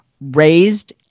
raised